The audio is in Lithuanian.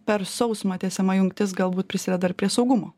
per sausumą tiesiama jungtis galbūt prisideda ir prie saugumo